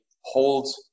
hold